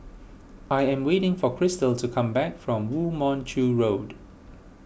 I am waiting for Cristal to come back from Woo Mon Chew Road